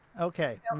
Okay